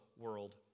world